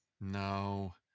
No